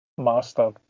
Master